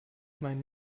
mein